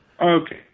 Okay